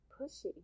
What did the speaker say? pushy